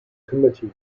committee